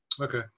Okay